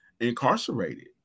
incarcerated